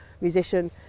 musician